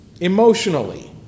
Emotionally